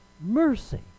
mercy